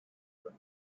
her